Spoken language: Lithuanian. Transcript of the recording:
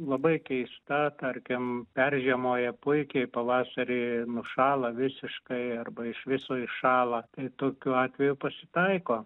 labai keista tarkim peržiemoja puikiai pavasarį nušąla visiškai arba iš viso iššąla tai tokių atvejų pasitaiko